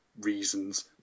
reasons